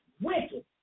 wicked